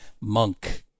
monk